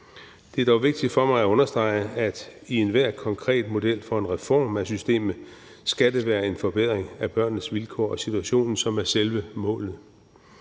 Det er dog vigtigt for mig at understrege, at i enhver konkret model for en reform af systemet skal det være en forbedring af børnenes vilkår og situation, som er selve målet.